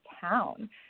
town